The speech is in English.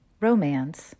romance